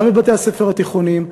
גם בבתי-הספר התיכוניים,